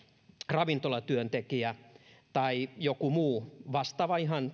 ravintolatyöntekijä tai joku muu vastaava ihan